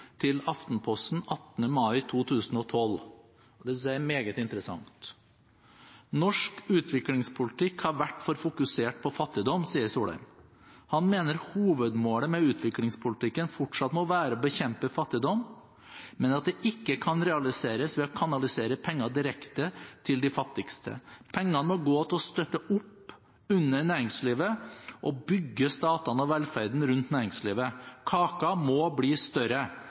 til Aftenposten den 18. mai 2012 – og dette synes jeg er meget interessant: «Norsk utviklingspolitikk har vært for fokusert på fattigdom, sier Solheim. Han mener hovedmålet med utviklingspolitikken fortsatt må være å bekjempe fattigdom, men at det ikke kan realiseres ved å kanalisere penger direkte til de fattigste. Pengene må gå til å støtte opp under næringslivet og bygge staten og velferden rundt næringslivet. Kaken må bli større.